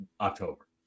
October